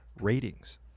ratings